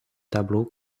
tableaux